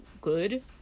good